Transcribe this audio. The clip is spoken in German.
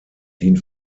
dient